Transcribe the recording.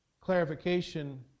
clarification